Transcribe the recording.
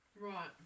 Right